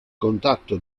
contatto